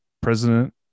president